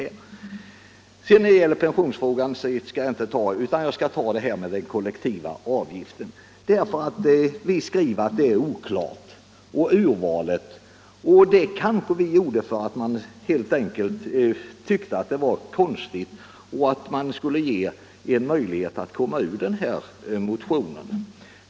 invandraroch Pensionsfrågan skall jag inte beröra, utan jag går över till frågan om minoritetspolitiken, den kollektiva avgiften för undervisning. Vi skriver i betänkandet att m.m. det är oklart hur urvalet skulle ske, och det kanske vi har gjort helt enkelt därför att vi har tyckt att förslaget var konstigt och velat ge en möjlighet att komma ur motionen.